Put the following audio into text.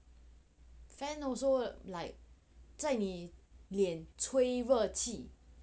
fan also like 在你脸吹热气